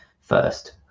first